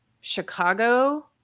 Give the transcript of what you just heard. Chicago